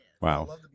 Wow